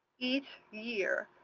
each year,